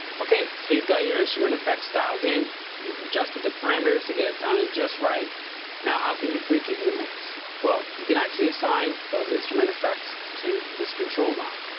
ok, so you've got your instrument effects dialed in, you've adjusted the parameters to get it sounded just right now, how can you freak it the mix? well, you can actually assign those instrument effects to this control knob.